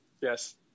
yes